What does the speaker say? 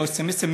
לא סמ"סים,